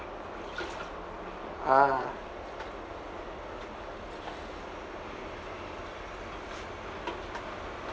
!huh!